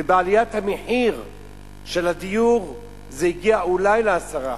ובעליית המחיר של הדיור זה הגיע אולי ל-10%,